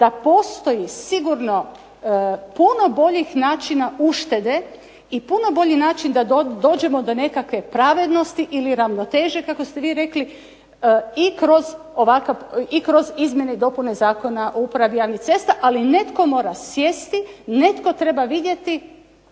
da postoji sigurno puno boljih načina uštede i puno bolji način da dođemo do nekakve pravednosti ili ravnoteže kako ste vi rekli i kroz izmjene i dopune Zakona o upravi javnih cesta, ali netko mora sjesti, netko treba vidjeti